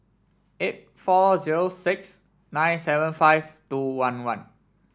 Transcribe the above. eight four zero six nine seven five two one one